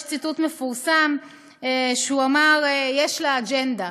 יש ציטוט מפורסם שבו הוא אמר: יש לה אג'נדה.